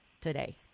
today